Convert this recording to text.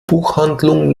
buchhandlung